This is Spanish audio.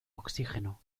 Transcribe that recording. oxígeno